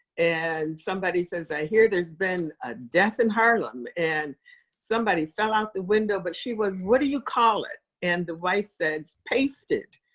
and somebody says, i hear there's been a death in harlem, and somebody fell out the window, but she was what do you call it? and the white says, pasted?